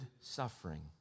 suffering